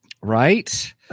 Right